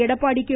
Edappadi K